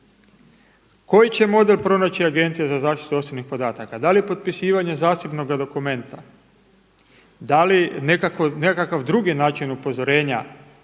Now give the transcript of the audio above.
Koji će model pronaći Agencija za zaštitu osobnih podataka? Da li potpisivanjem zasebnoga dokumenta? Da li nekakav drugi način upozorenja